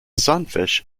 sunfish